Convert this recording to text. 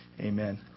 Amen